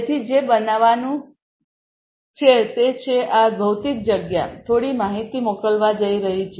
તેથી જે બનવાનું છે તે છે આ ભૌતિક જગ્યા થોડી માહિતી મોકલવા જઈ રહી છે